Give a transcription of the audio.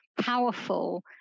powerful